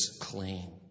clean